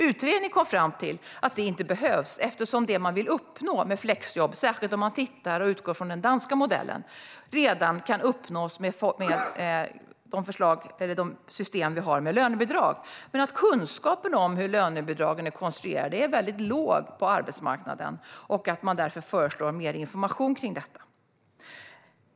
Utredningen kom fram till att det inte behövdes eftersom det man vill uppnå med flexjobb, särskilt om man utgår från den danska modellen, redan kan uppnås med de system vi har med lönebidrag. Men kunskapen om hur lönebidragen är konstruerade är väldigt låg på arbetsmarknaden, och man föreslår därför mer information om detta.